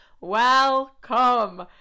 welcome